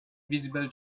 visible